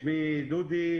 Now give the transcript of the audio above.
שמי דודי,